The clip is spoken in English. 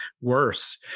worse